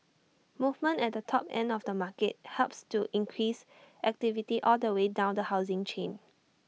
movement at the top end of the market helps to increase activity all the way down the housing chain